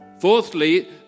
Fourthly